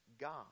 god